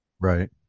right